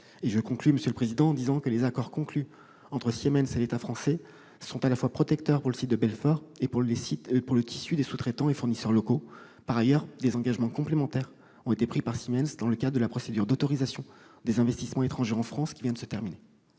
prenantes en présence des deux P-DG. Les accords conclus entre Siemens et l'État français sont à la fois protecteurs pour le site de Belfort et pour le tissu des sous-traitants et fournisseurs locaux. Par ailleurs, des engagements complémentaires ont été pris par Siemens dans le cadre de la procédure d'autorisation des investissements étrangers en France qui vient de se terminer.